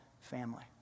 family